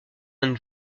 and